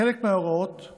חלק מההוראות שהוא